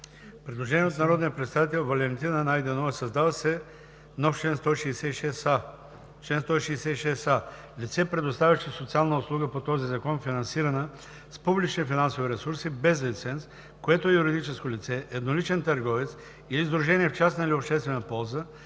Предложение от народния представител Валентина Найденова: „Създава се чл. 166а: „Чл. 166а. Лице предоставящо социална услуга по този закон, финансирана с публични финансови ресурси без лиценз, което е юридическо лице, едноличен търговец или сдружения в частна или обществена полза,